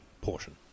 portion